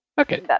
Okay